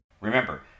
Remember